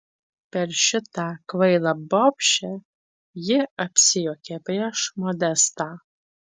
per šitą kvailą bobšę ji apsijuokė prieš modestą